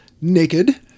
naked